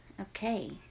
Okay